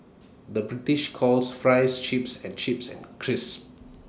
the British calls Fries Chips and chips and crisps